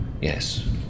Yes